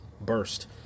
burst